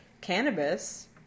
cannabis